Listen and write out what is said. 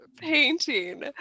painting